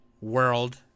world